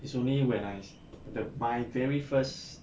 it's only when I the my very first